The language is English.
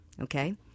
Okay